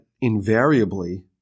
invariably